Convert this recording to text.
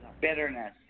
bitterness